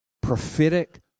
prophetic